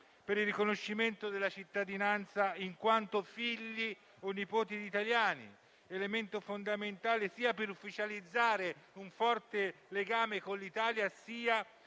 per il riconoscimento della cittadinanza in quanto figli o nipoti di italiani, elemento fondamentale sia per ufficializzare un forte legame con l'Italia, sia